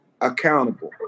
accountable